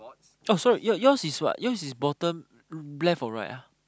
oh so your yours is what yours is bottom left or right ah